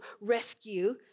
rescue